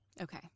Okay